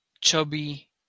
chubby